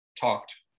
talked